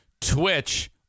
Twitch